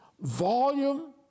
volume